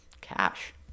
Cash